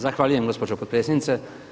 Zahvaljujem gospođo potpredsjednice.